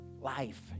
life